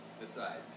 decide